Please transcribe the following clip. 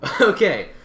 Okay